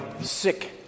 sick